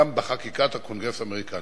גם בחקיקת הקונגרס האמריקני.